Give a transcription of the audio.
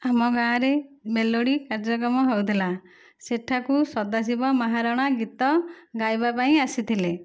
ଆମ ଗାଁରେ ମେଲୋଡ଼ି କାର୍ଯ୍ୟକ୍ରମ ହେଉଥିଲା ସେଠାକୁ ସଦାଶିବ ମାହାରଣା ଗୀତ ଗାଇବା ପାଇଁ ଆସିଥିଲେ